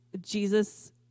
Jesus